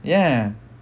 ya